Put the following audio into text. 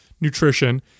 nutrition